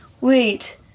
wait